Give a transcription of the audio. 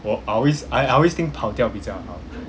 我 I always I always think 跑掉比较好